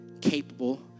capable